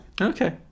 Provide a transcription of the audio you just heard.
okay